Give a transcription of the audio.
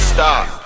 Stop